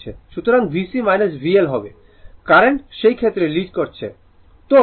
সুতরাং VC VL হবে r current সেই ক্ষেত্রে লিড করছে